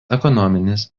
ekonominis